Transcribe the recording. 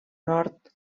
nord